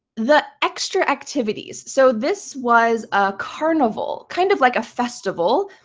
the extra activities. so this was a carnival, kind of like a festival,